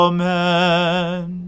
Amen